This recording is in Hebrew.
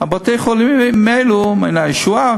"מעייני הישועה",